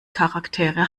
charaktere